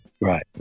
Right